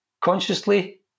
consciously